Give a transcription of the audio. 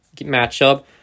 matchup